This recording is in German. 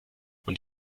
und